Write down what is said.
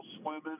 swimming